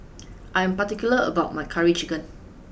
I am particular about my curry chicken